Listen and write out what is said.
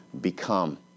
become